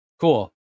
Cool